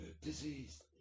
Disease